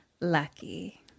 lucky